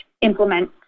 implement